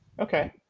Okay